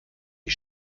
die